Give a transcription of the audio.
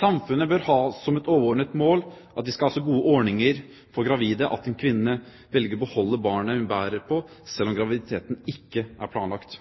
Samfunnet bør ha som et overordnet mål at vi skal ha så gode ordninger for gravide at en kvinne velger å beholde det barnet hun bærer på, selv om graviditeten ikke er planlagt.